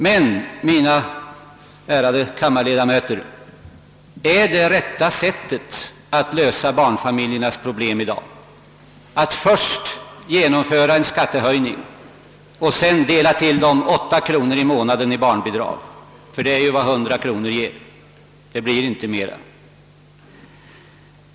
Men, ärade kammarledamöter, är det rätta sättet att lösa barnfamiljernas problem i dag att först genomföra en skattehöjning och sedan dela till dem åtta kronor i månaden i barnbidrag? För det är ju vad 100 kronor ger. Det blir inte mer.